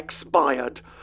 Expired